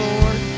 Lord